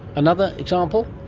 another example?